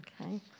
okay